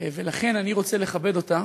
ולכן, אני רוצה לכבד אותה,